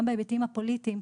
גם בהיבטים הפוליטיים.